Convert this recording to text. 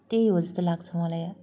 त्यही हो जस्तो लाग्छ मलाई